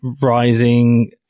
rising